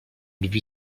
drzwi